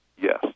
Yes